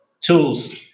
tools